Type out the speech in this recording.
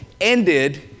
ended